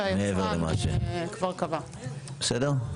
רגע, אבל מי הוא בעל היתר לייבוא?